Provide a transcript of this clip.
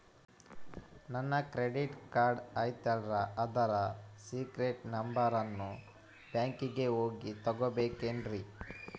ನನ್ನ credit card ಐತಲ್ರೇ ಅದರ ಸೇಕ್ರೇಟ್ ನಂಬರನ್ನು ಬ್ಯಾಂಕಿಗೆ ಹೋಗಿ ತಗೋಬೇಕಿನ್ರಿ?